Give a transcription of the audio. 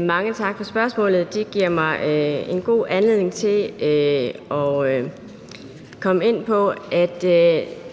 Mange tak for spørgsmålet. Det giver mig en god anledning til at komme ind på, at